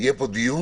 יהיה פה דיון,